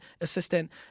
assistant